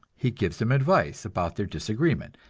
he gives them advice about their disagreement,